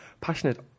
passionate